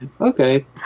Okay